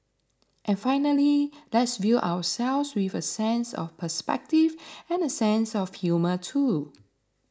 and finally let's view ourselves with a sense of perspective and a sense of humor too